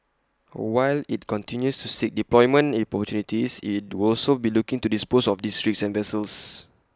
while IT continues to seek deployment opportunities IT will also be looking to dispose of these rigs and vessels